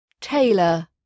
Taylor